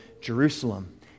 Jerusalem